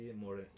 more